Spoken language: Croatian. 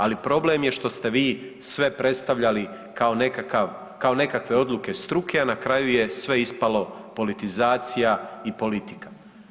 Ali problem je što ste vi sve predstavljali kao nekakve odluke struke, a na kraju je sve ispalo politizacija i politika.